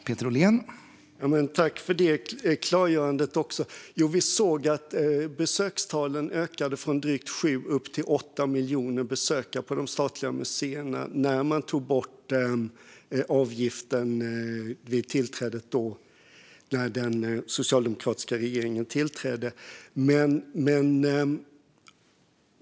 Herr talman! Jag tackar för klargörandet. Ja, vi såg att antalet besökare på de statliga museerna ökade från drygt 7 upp till 8 miljoner när man tog bort avgiften vid den socialdemokratiska regeringens tillträde.